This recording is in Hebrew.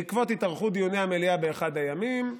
בעקבות התארכות דיוני המליאה באחד הימים,